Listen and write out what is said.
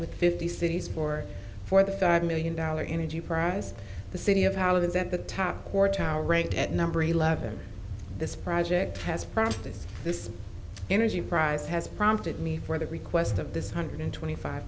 with fifty cities for for the five million dollars energy prize the city of how this at the top or tower ranked at number eleven this project has prompted this energy prize has prompted me for the request of this hundred twenty five